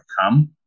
come